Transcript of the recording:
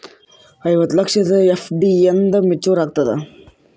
ಐವತ್ತು ಲಕ್ಷದ ಎಫ್.ಡಿ ಎಂದ ಮೇಚುರ್ ಆಗತದ?